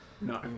No